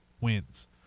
wins